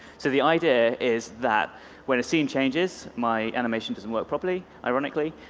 so the idea is that when a scene changes, my animation doesn't work properly, iron ically,